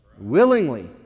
Willingly